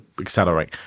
accelerate